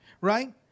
Right